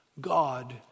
God